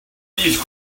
these